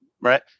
Right